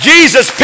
Jesus